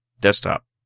desktop